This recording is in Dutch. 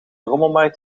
rommelmarkt